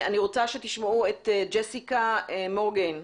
אני רוצה שתשמעו את ג'סיקה מורגן,